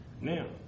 Now